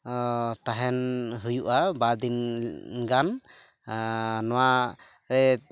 ᱛᱟᱦᱮᱱ ᱦᱩᱭᱩᱜᱼᱟ ᱵᱟᱨᱫᱤᱱ ᱜᱟᱱ ᱱᱚᱣᱟ